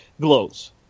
glows